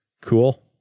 Cool